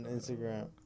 Instagram